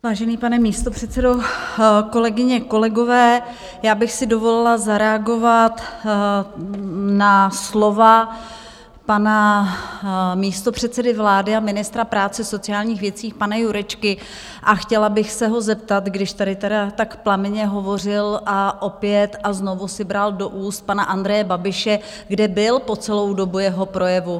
Vážený pane místopředsedo, kolegyně, kolegové, já bych si dovolila zareagovat na slova pana místopředsedy vlády a ministra práce a sociálních věcí pana Jurečky a chtěla bych se ho zeptat, když tady tedy tak plamenně hovořil a opět znovu si bral do úst pana Andreje Babiše, kde byl po celou dobu jeho projevu?